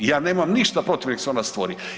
I ja nemam ništa protiv nek se ona stvori.